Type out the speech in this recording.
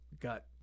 got